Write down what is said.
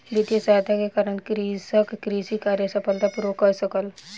वित्तीय सहायता के कारण कृषक कृषि कार्य सफलता पूर्वक कय सकल